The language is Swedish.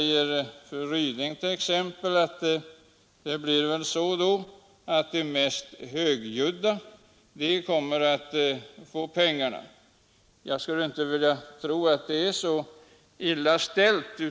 Fru Ryding befarar att det blir de mest högljudda som kommer att få pengarna. Jag tror inte att det är så illa ställt.